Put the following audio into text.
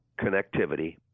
connectivity